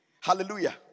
Hallelujah